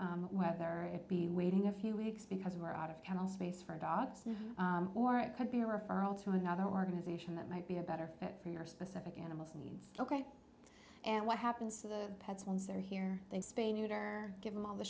d whether it be waiting a few weeks because we're out of kennel space for a dog or it could be a referral to another organization that might be a better fit for your specific animals needs ok and what happens to the pets once they're here they spain it or give them all the